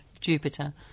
Jupiter